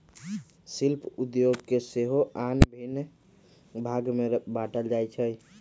शिल्प उद्योग के सेहो आन भिन्न भाग में बाट्ल जाइ छइ